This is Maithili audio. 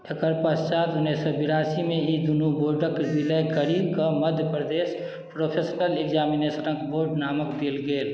एकर पश्चात उन्नैस सए बिरासीमे ई दुनू बोर्डक विलय करि कऽ मध्य प्रदेश प्रोफेशनल एग्जामिनेशनक बोर्ड नामक देल गेल